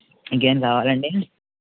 ఇంకేం కావాలాండి